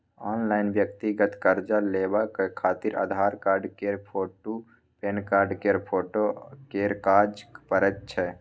online व्यक्तिगत कर्जा लेबाक खातिर आधार कार्ड केर फोटु, पेनकार्ड केर फोटो केर काज परैत छै